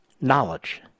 knowledge